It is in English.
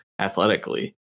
athletically